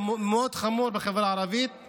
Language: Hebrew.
נושא הפשיעה בחברה הערבית חמור מאוד.